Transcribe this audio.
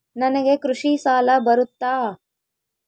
ನನಗೆ ಕೃಷಿ ಸಾಲ ಬರುತ್ತಾ?